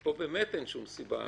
פה באמת אין שום סיבה.